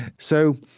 so